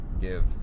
Give